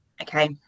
Okay